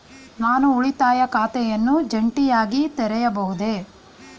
ನಾನು ಉಳಿತಾಯ ಖಾತೆಯನ್ನು ಜಂಟಿಯಾಗಿ ತೆರೆಯಬಹುದೇ?